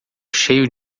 cheio